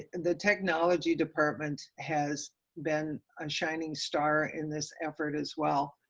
and the technology department has been a shining star in this effort as well.